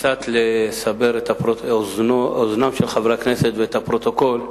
קצת לסבר את אוזנם של חברי הכנסת ואת הפרוטוקול,